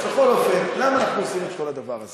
בכל אופן, למה אנחנו עושים את כל הדבר הזה?